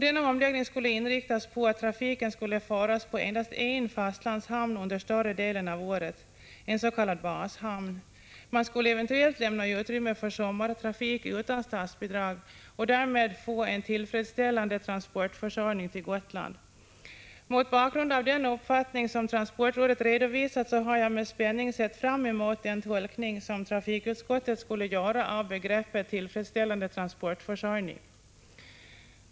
Denna omläggning skulle inriktas på att endast en fastlandshamn skulle trafikeras under större delen av året, en s.k. bashamn. Man skulle eventuellt lämna utrymme för sommartrafik utan statsbidrag och därmed få en tillfredsställande transportförsörjning till Gotland. Mot bakgrund av den uppfattning som transportrådet redovisat har jag med spänning sett fram emot den tolkning som trafikutskottet skulle göra av begreppet ”tillfredsställande transportförsörjning” till Gotland.